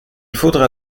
faudra